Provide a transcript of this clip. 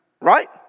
Right